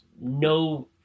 no